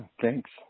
thanks